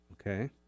Okay